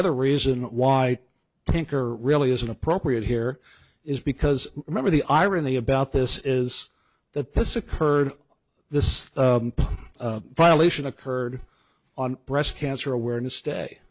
other reason why tinker really isn't appropriate here is because remember the irony about this is that this occurred this violation occurred on breast cancer awareness day